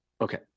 Okay